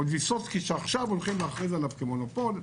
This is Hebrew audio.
עוד ויסוצקי שעכשיו הולכים להכריז עליו כמונופול,